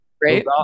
great